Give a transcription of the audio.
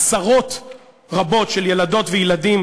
עשרות רבות של ילדות וילדים